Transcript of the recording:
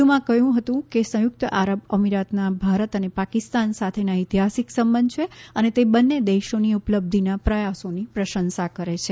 વધુમાં કહ્યું છે કે સંયુક્ત આરબ અમીરાતના ભારત અને પાકિસ્તાન સાથે ઐતિહાસિક સંબંધ છે અને તે બંને દેશોની ઉપલબ્ધિના પ્રયાસોની પ્રશંસા કરે છે